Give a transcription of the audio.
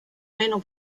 meno